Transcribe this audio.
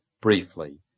briefly